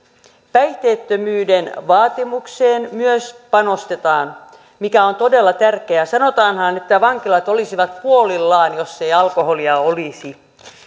päihteettömyyden vaatimukseen myös panostetaan mikä on todella tärkeää sanotaanhan että vankilat olisivat puolillaan jos ei alkoholia olisi